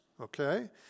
Okay